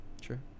Sure